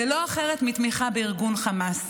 זה לא אחרת מתמיכה בארגון חמאס.